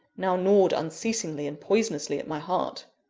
now gnawed unceasingly and poisonously at my heart.